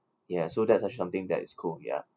ya so that's actually something that is cool ya